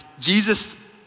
Jesus